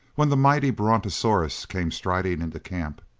when the mighty brontosaurus came striding into camp,